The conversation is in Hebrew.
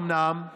אומנם,